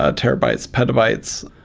ah terabytes, petabytes,